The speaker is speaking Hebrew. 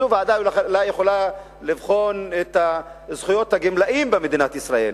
זו ועדה שאולי יכולה לבחון את זכויות הגמלאים במדינת ישראל,